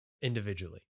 Individually